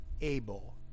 Abel